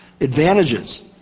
advantages